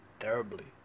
Terribly